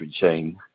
chain